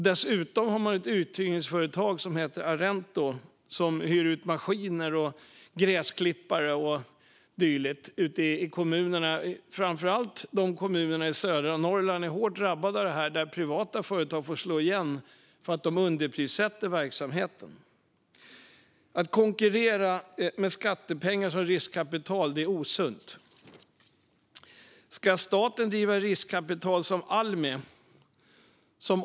Dessutom har man ett uthyrningsföretag som heter Arento, som hyr ut maskiner, gräsklippare och dylikt i kommunerna. Det är framför allt kommuner i södra Norrland som är hårt drabbade av detta. Där får privata företag slå igen på grund av underprissättning av verksamheten. Att konkurrera med skattepengar som riskkapital är osunt. Ska staten driva ett riskkapitalbolag som Almi?